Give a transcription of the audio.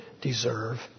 deserve